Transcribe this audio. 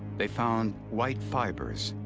they found white fibers,